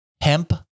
hemp